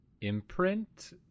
imprint